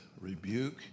rebuke